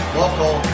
local